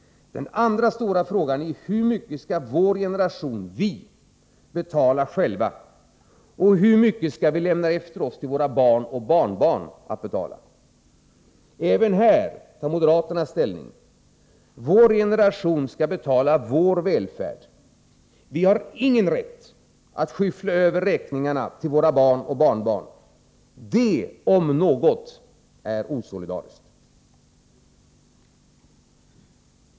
Den andra stora frågan är hur mycket vår generation — vi — skall betala själv och hur mycket vi skall lämna efter oss till våra barn och barnbarn att betala. Även här tar moderaterna ställning. Vår generation skall betala för vår välfärd. Vi har ingen rätt att skyffla över räkningarna till våra barn och barnbarn. Det — om något — är osolidariskt.